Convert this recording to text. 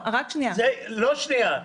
רק שנייה.